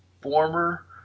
former